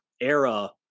era